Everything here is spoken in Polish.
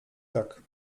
tak